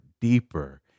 deeper